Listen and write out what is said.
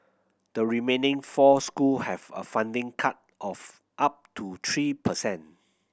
the remaining four school have a funding cut of up to three per cent